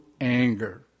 anger